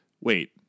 wait